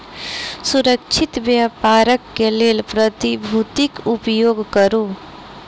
सुरक्षित व्यापारक लेल प्रतिभूतिक उपयोग करू